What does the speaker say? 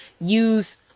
use